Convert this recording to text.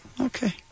Okay